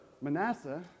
Manasseh